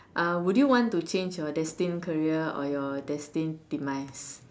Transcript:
uh would you want to change your destined career or your destined demise